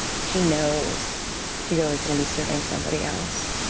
she knows she's always going to be serving somebody else.